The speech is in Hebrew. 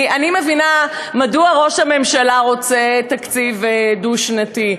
אני מבינה מדוע ראש הממשלה רוצה תקציב דו-שנתי,